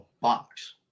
box